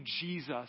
Jesus